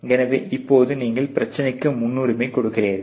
எனவே இப்போது நீங்கள் பிரச்சனைக்கு முன்னுரிமை கொடுக்கிறீர்கள்